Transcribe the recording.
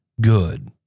good